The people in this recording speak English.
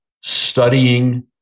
studying